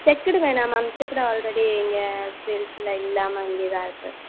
checked வேணாம் ma'am checked already இங்கே சேல்ஸ்சில் இல்லாமல் இங்கேதான் இருக்குது